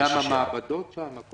וגם המעבדות שם?